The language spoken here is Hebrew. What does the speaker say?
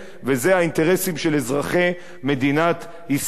וזה האינטרסים של אזרחי מדינת ישראל.